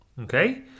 Okay